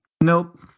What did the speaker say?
Nope